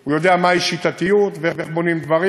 הוא יודע מהי שיטתיות ואיך בונים דברים.